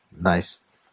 nice